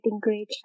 great